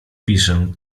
piszę